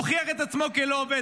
זה הוכיח את עצמו כלא עובד.